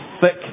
thick